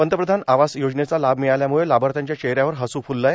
पंतप्रधान आवास योजनेचा लाभ मिळाल्यामुळं लाभार्थ्याच्या चेहऱ्यावर हसू फुललंय